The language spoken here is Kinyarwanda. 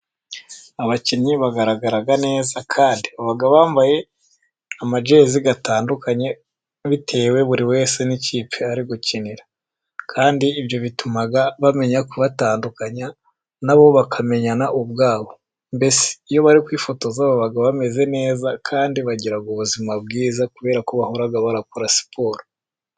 Abakinnyi bagaragara neza kandi baba bambaye amajezi atandukanye bitewe buri wese n'ikipe ari gukinira. Kandi ibyo bituma bamenya kubatandukanya, nabo bakamenyana ubwabo, mbese iyo bari kwifotoza baba bameze neza kandi bagira ubuzima bwiza kubera ko bahora barakora siporo.